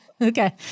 Okay